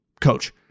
Coach